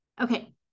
Okay